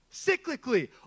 cyclically